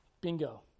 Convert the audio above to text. Bingo